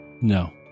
No